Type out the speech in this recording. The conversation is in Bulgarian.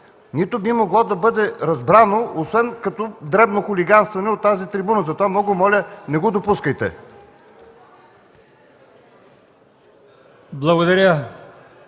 нито би могло да бъде разбрано, освен като дребно хулиганстване от тази трибуна. Затова много моля – не го допускайте.